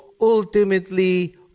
ultimately